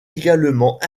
également